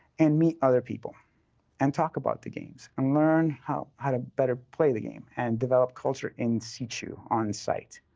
and meet other people and talk about the games and learn how how to better play the game and develop culture in situ, on site,